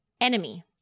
enemy